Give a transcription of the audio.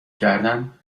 کردن